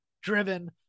driven